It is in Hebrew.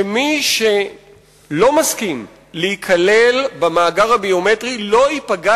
שמי שלא מסכים להיכלל במאגר הביומטרי לא ייפגע